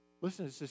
Listen